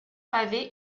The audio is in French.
pavée